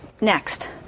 Next